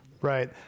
Right